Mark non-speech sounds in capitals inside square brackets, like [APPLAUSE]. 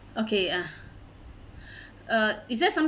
okay uh [BREATH] uh is there some~